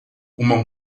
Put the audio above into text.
uma